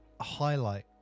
highlight